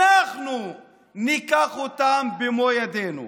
אנחנו ניקח אותן במו ידינו.